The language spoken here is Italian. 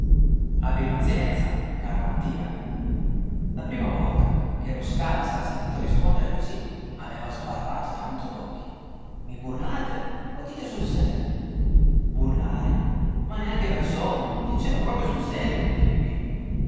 abbi pazienza caro mattia la prima volta che lo scala s'era sentito rispondere così aveva sbarrato tanto d occhi i burlate o dite sul serio burlare ma neanche per sogno diceva proprio sul serio don filippino